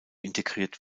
integriert